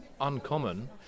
uncommon